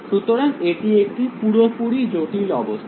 সুতরাং এটি একটি পুরোপুরি জটিল অবস্থা